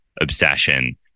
obsession